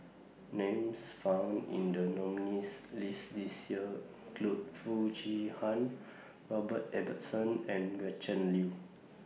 Names found in The nominees' list This Year include Foo Chee Han Robert Ibbetson and Gretchen Liu